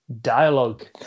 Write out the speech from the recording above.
dialogue